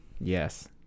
yes